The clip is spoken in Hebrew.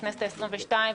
בכנסת העשרים-ושתיים,